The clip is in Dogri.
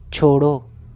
छोड़ो